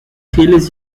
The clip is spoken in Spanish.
fieles